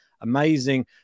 Amazing